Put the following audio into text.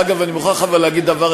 אגב, אני מוכרח אבל להגיד דבר